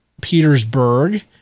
Petersburg